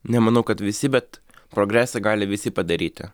nemanau kad visi bet progresą gali visi padaryti